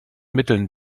mitteln